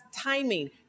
timing